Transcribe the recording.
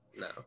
No